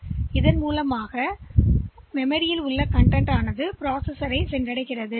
எனவே ஒப்கோட் சைக்கிள்யைப் பெறுகிறது அங்குஉள்ளடக்கம் மெமரித்திலிருந்துசெயலிக்கு வரும்